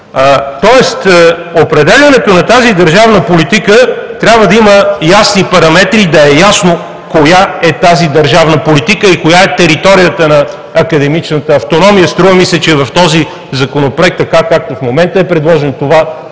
Определянето на тази държавна политика трябва да има ясни параметри, да е ясно коя е тази държавна политика и коя е територията на академичната автономия. Струва ми се, че в този законопроект така, както в момента е предложен, това